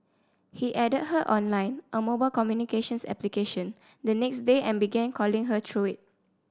he added her on Line a mobile communications application the next day and began calling her through it